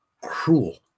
cruel